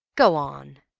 go on!